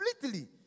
completely